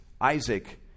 Isaac